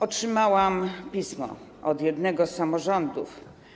Otrzymałam pismo od jednego z samorządów.